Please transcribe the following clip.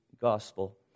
gospel